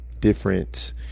different